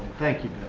thank you,